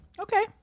Okay